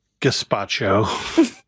Gazpacho